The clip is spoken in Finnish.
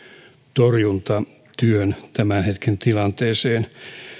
torjuntatyön tämän hetken tilanteeseen